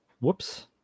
Whoops